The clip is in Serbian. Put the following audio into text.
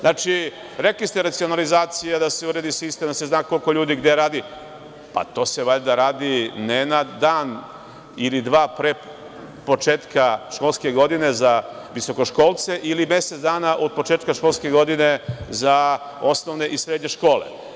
Znači, rekli ste racionalizacija, da se uredi sistem, da se zna koliko ljudi gde radi, pa to se valjda radi, ne na dan ili dva pre početka školske godine za visokoškolce ili mesec dana od početka školske godine za osnovne i srednje škole.